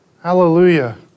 Hallelujah